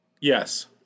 Yes